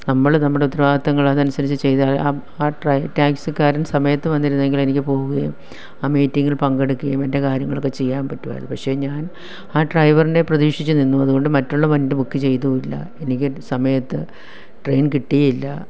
നമ്മള് നമ്മുടെ ഉത്തരവാദിത്തങ്ങള് അതനുസരിച്ച് ചെയ്താൽ ആ ട്രാ ടാക്സിക്കാരൻ സമയത്ത് വന്നിരുന്നെങ്കിൽ എനിക്ക് പോകുകയും ആ മീറ്റിംഗിൽ പങ്കെടുക്കുകയും എൻ്റെ കാര്യങ്ങളൊക്കെ ചെയ്യാൻ പറ്റുമായിരുന്നു പക്ഷേ ഞാൻ ആ ഡ്രൈവറിനെ പ്രതീക്ഷിച്ചു നിന്നു അതുകൊണ്ട് മറ്റുള്ള വണ്ടി ബുക്ക് ചെയ്തുമില്ല എനിക്ക് സമയത്ത് ട്രെയിൻ കിട്ടീയില്ല